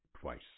twice